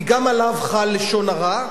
כי גם עליו חל לשון הרע,